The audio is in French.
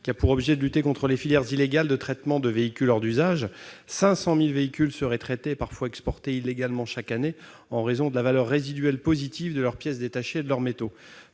qui a pour objet de lutter contre les filières illégales de traitement de véhicules hors d'usage. De fait, 500 000 véhicules seraient traités et, parfois, exportés illégalement chaque année, en raison de la valeur résiduelle positive de leurs pièces détachées et de leurs métaux.